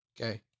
Okay